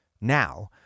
now